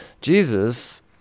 Jesus